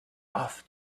off